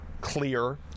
clear